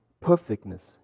perfectness